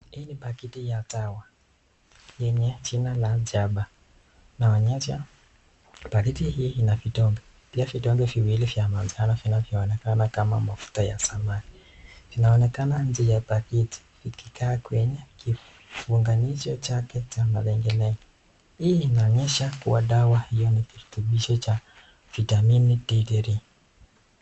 Hii ni pakiti ya dawa yenye jina la jaba inaonyesha pakiti hii ina vidoge pia vidoge viwili vya biashara zinazooenaka kama mafuta ya zamani inaonekana ni njee ya pakiti vikikaa kwenye vionganisho chake kwe mapengele hii inaonyesha kuwa dawa ya kirutubisho cha vitamini D3..